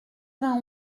vingt